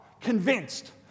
convinced